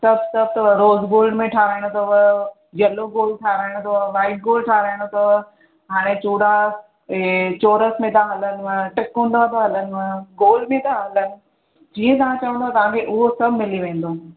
सभु सभु अथव रोज गोल्ड में ठाहिराइणो अथव यलो गोल्ड ठाहिराइणो अथव वाइट गोल्ड ठाहिरायणो अथव हाणे चुड़ा ऐं चोरस में था हलनि तिकोना था हलनि गोल्ड में था हलनि जीअं तव्हां चवंदा तव्हांखे उहो सभु मिली वेंदो